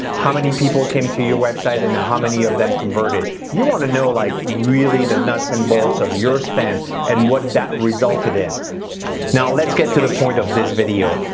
how many people came to your website and how many of them converted you wanna know. like really the nuts and bolts of your spend and what that resulted in now, let's get to the point of this video.